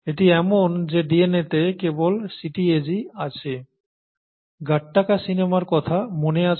এটি এমন যে DNAতে কেবল CTAG আছে Gattaca সিনেমার কথা মনে আছে